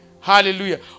hallelujah